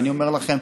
ואני אומר לכם,